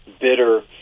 bitter